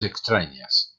extrañas